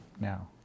now